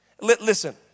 listen